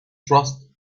trust